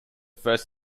first